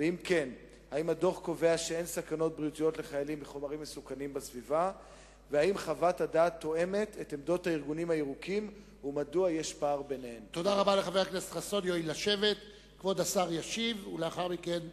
2. אם כן,